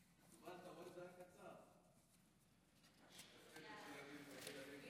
בריאות העם (נגיף הקורונה החדש) (בידוד בית והוראות שונות)